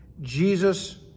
Jesus